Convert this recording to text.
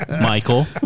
michael